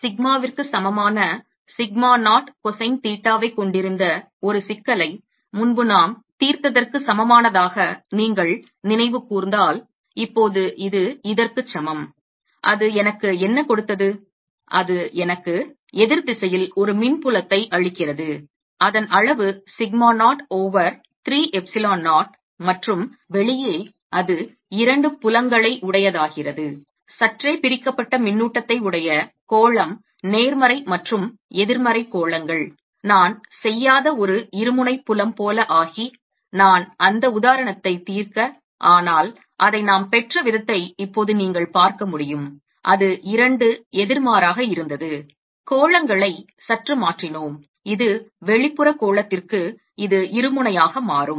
சிக்மாவிற்கு சமமான sigma 0 cosine தீட்டாவைக் கொண்டிருந்த ஒரு சிக்கலை முன்பு நாம் தீர்த்ததற்கு சமமானதாக நீங்கள் நினைவு கூர்ந்தால் இப்போது இது இதற்கு சமம் அது எனக்கு என்ன கொடுத்தது அது எனக்கு எதிர் திசையில் ஒரு மின் புலத்தை அளிக்கிறது அதன் அளவு சிக்மா 0 ஓவர் 3 எப்சிலன் 0 மற்றும் வெளியே அது இரண்டு புலங்களை உடையதாகிறது சற்றே பிரிக்கப்பட்ட மின்னூட்டத்தை உடைய கோளம் நேர்மறை மற்றும் எதிர்மறை கோளங்கள் நான் செய்யாத ஒரு இருமுனை புலம் போல ஆகி நான் அந்த உதாரணத்தை தீர்க்க ஆனால் அதை நாம் பெற்ற விதத்தை இப்போது நீங்கள் பார்க்க முடியும் இது இரண்டு எதிர்மாறாக இருந்தது கோளங்களை சற்று மாற்றினோம் இது வெளிப்புற கோளத்திற்கு இது இருமுனையாக மாறும்